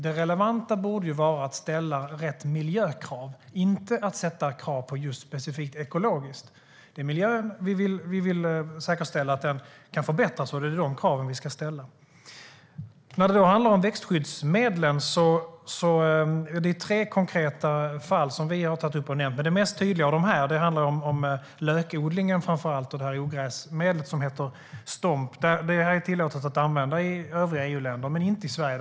Det relevanta borde vara att ställa rätt miljökrav, inte att ställa krav på ekologiskt. Det vi vill säkerställa är att miljön ska kunna förbättras. Det är de kraven vi ska ställa. När det gäller växtskyddsmedlen har vi nämnt tre konkreta fall. Det mest tydliga av dem handlar om lökodlingen och ogräsmedlet Stomp. Det är tillåtet att använda i övriga EU-länder men inte i Sverige.